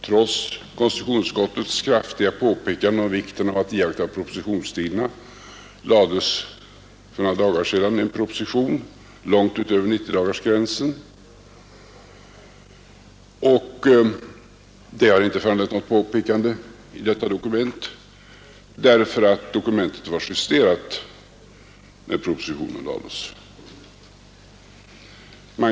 Trots konstitutionsutskottets kraftiga påpekande i fjol om vikten av att iakttaga propositionstiderna framlades för några dagar sedan en proposition, långt utöver 90-dagarsgränsen. Det har inte föranlett något påpekande i detta dokument, eftersom dokumentet var justerat när propositionen lades fram.